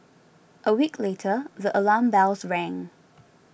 a week later the alarm bells rang